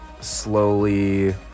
slowly